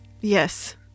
yes